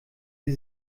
sie